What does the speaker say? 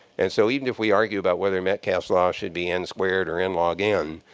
and so even if we argue about whether metcalfe's law should be n squared or n log n,